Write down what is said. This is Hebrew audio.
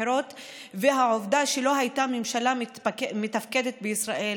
הבחירות והעובדה שלא הייתה ממשלה מתפקדת בישראל,